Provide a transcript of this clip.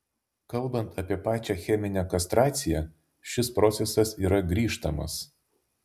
kalbant apie pačią cheminę kastraciją šis procesas yra grįžtamas